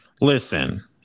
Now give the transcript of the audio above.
Listen